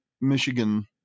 Michigan